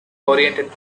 oriented